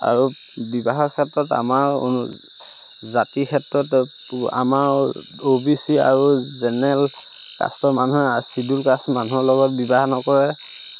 আৰু বিবাহৰ ক্ষেত্ৰত আমাৰ জাতিৰ ক্ষেত্ৰত আমাৰ অ' বি চি আৰু জেনেৰেল কাষ্টৰ মানুহে চিডুল কাষ্টৰ মানুহৰ লগত বিবাহ নকৰে